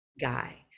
guy